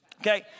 Okay